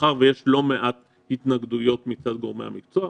מאחר ויש לא מעט התנגדויות מצד גורמי המקצוע,